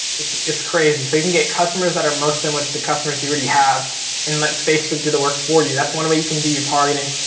it's it's crazy, so you can get customers that are most similar to the customers you already have and let facebook do the work for you. that's one way you can do your targeting.